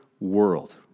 world